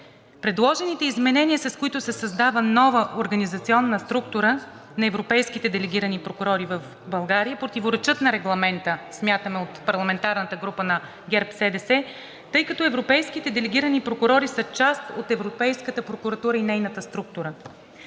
Предложените изменения, с които се създава нова организационна структура на европейските делегирани прокурори в България, противоречат на Регламента, смятаме от парламентарната група на ГЕРБ-СДС, тъй като европейските делегирани прокурори са част от Европейската прокуратура и нейната структура.